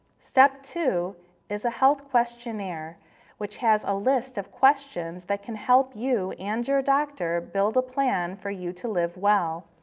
step two is a health questionnaire which has a list of questions that can help you and your doctor build a plan for you to live well.